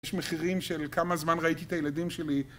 יש מחירים של כמה זמן ראיתי את הילדים שלי